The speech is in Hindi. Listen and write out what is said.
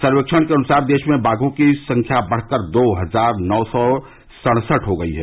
सर्वेक्षण के अनुसार देश में बाधों की संख्या बढ़कर दो हजार नौ सौ सड़सठ हो गई है